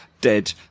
dead